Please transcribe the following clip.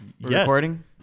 Recording